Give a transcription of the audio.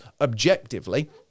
objectively